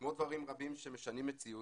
כמו דברים רבים שמשנים מציאות,